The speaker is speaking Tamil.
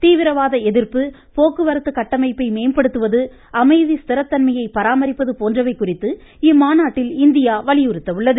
தீவிரவாத எதிர்ப்பு போக்குவரத்து கட்டமைப்பை மேம்படுத்துவது அமைதி ஸ்திரத்தன்மையை பராமரிப்பது போன்றவை குறித்து இம்மாநாட்டில் இந்தியா வலியுறுத்த உள்ளது